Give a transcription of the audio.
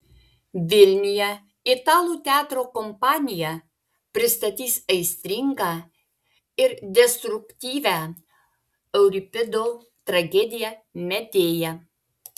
vilniuje italų teatro kompanija pristatys aistringą ir destruktyvią euripido tragediją medėja